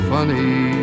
Funny